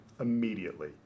immediately